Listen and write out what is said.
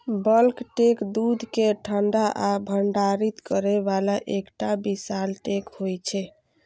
bulk tank दूध कें ठंडा आ भंडारित करै बला एकटा विशाल टैंक होइ छै